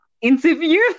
interview